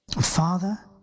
Father